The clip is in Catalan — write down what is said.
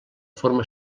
forma